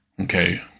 Okay